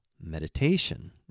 Meditation